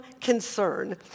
concern